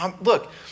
look